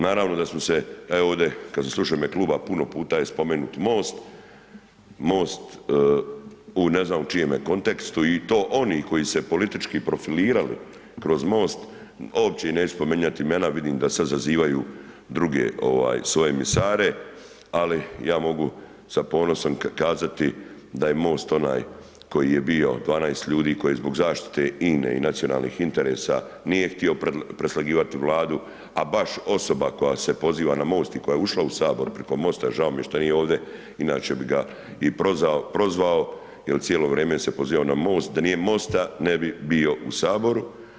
Naravno da smo se ovdje kad smo slušali u ime kluba, puno puta je spomenut MOST, MOST u ne znam čijemu kontekstu i to onih koji su se politički profilirali kroz MOST, uopće neću spominjat imena, vidim da sad sazivaju druge svoje misare ali ja mogu sa ponosom kazati da je MOST onaj koji je bio, 12 ljudi koji zbog zaštite INA-e i nacionalnih interesa nije htio preslagivati Vladu a baš osoba koja se poziva na MOST i koja je ušla u Sabor preko MOST-a, žao mi je što nije ovdje, inače bi ga i prozvao jer cijelo vrijeme se poziva na MOST, da nije MOST ne bi bio u Saboru.